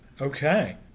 Okay